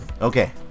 Okay